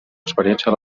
experiència